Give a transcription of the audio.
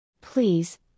Please